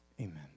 Amen